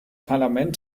parlament